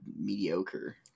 mediocre